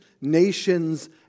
nations